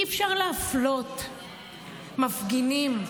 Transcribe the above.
אי-אפשר להפלות מפגינים.